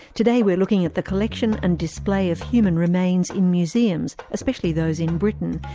today we're looking at the collection and display of human remains in museums, especially those in britain,